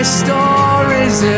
stories